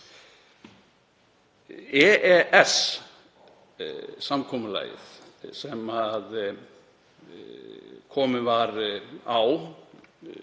EES-samkomulagið, sem komið var á